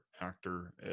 actor